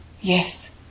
Yes